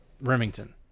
Remington